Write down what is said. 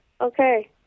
Okay